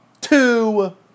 Two